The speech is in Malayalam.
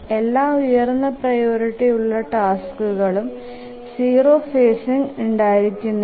എല്ലാ ഉയർന്ന പ്രിയോറിറ്റി ഉള്ള ടാസ്കുകളും 0 ഫേസിങ് ഉണ്ടാകുന്നില്ല